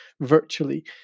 virtually